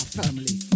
family